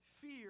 fear